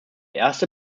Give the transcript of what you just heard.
erste